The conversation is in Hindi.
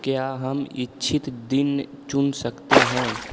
क्या हम इच्छित दिन चुन सकते हैं